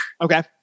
Okay